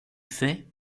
fais